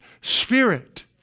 spirit